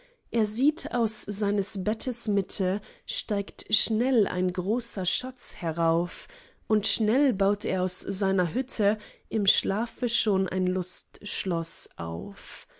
er sieht aus seines bettes mitte steigt schnell ein großer schatz herauf und schnell baut er aus seiner hütte im schlafe schon ein lustschloß auf